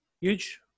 Huge